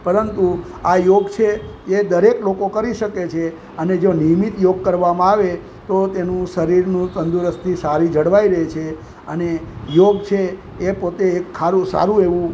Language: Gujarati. પરંતુ આ યોગ છે એ દરેક લોકો કરી શકે છે અને જો નિયમિત યોગ કરવામાં આવે તો તેનું શરીરનું તંદુરસ્તી સારી જળવાઈ રહે છે અને યોગ છે એ પોતે એક હારું સારું એવું